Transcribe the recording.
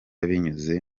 binyuze